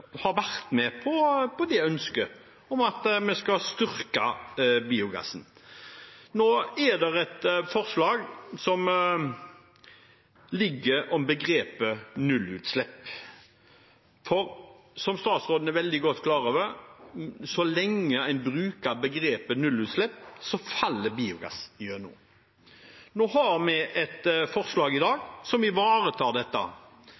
alltid vært at statsråden har vært med på ønsket om at vi skal styrke biogass. Nå ligger det et forslag her om begrepet «nullutslipp». Som statsråden er fullt klar over: Så lenge en bruker begrepet «nullutslipp», faller biogass gjennom. Nå har vi et forslag i dag som ivaretar dette.